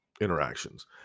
interactions